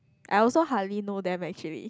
I also hardly know them actually